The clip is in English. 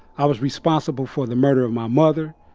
i was responsible for the murder of my mother,